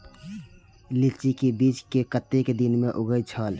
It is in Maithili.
लीची के बीज कै कतेक दिन में उगे छल?